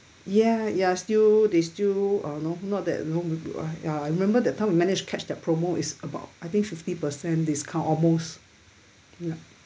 ya ya still they still uh know not that long ago uh ya remember that time we manage catch that promo it's about I think fifty percent discount almost ya